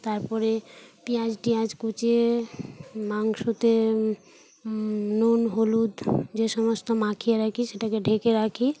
তার পরে পিঁয়াজ টিয়াজ কুচিয়ে মাংসতে নুন হলুদ যে সমস্ত মাখিয়ে রাখি সেটাকে ঢেকে রাখি